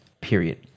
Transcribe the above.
period